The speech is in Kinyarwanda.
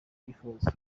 bifuza